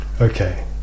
Okay